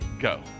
go